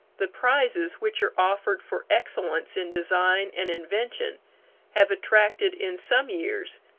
the prizes which are offered for excellence in design and invention have attracted, in some years,